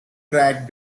track